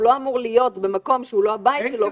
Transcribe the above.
הוא לא אמור להיות במקום שאינו הבית שלו.